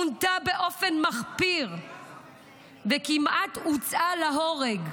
עונתה באופן מחפיר וכמעט הוצאה להורג.